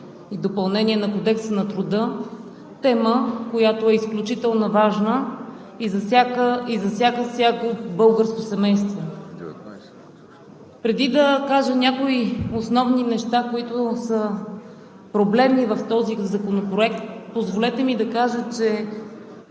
и допълнение на Кодекса на труда – тема, която е изключително важна и засяга всяко българско семейство. Преди да кажа някои основни неща, които са проблемни в този законопроект, позволете ми да кажа, че